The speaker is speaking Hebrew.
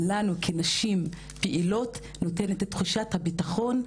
לנו כנשים פעילות נותנת את תחושת הביטחון,